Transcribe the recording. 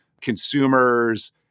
consumers